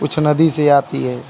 कुछ नदी से आती हैं